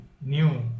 new